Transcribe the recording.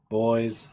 boys